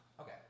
Okay